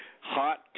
Hot